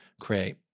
create